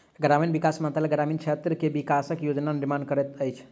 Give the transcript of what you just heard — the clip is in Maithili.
ग्रामीण विकास मंत्रालय ग्रामीण क्षेत्र के विकासक योजना निर्माण करैत अछि